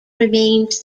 remains